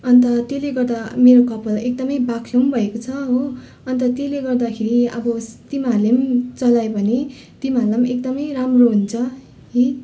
अन्त त्यसले गर्दा मेरो कपाल एकदम बाक्लो भएको छ हो अन्त त्यसले गर्दाखेरि अब तिमीहरूले चलायो भने तिमीहरूलाई एकदम राम्रो हुन्छ है